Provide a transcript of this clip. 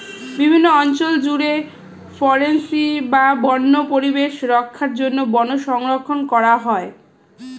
বিভিন্ন অঞ্চল জুড়ে ফরেস্ট্রি বা বন্য পরিবেশ রক্ষার জন্য বন সংরক্ষণ করা হয়